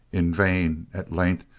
in vain, at length,